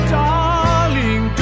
darling